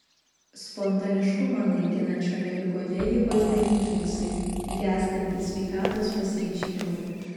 spontaniškumą naikinančioje ligoje jį valdė impulsai gęstantys sveikatos pasireiškimai